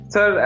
Sir